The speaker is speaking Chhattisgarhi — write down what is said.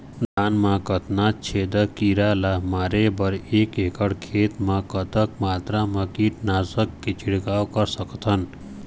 धान मा कतना छेदक कीरा ला मारे बर एक एकड़ खेत मा कतक मात्रा मा कीट नासक के छिड़काव कर सकथन?